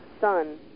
son